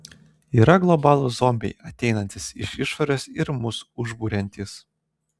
yra globalūs zombiai ateinantys iš išorės ir mus užburiantys